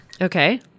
Okay